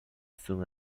soon